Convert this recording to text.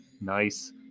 Nice